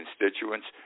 constituents